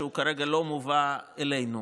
שכרגע לא מובא אלינו.